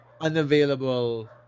unavailable